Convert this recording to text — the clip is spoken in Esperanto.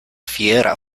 fiera